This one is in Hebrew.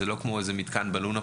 הנושא כרגע בבחינה.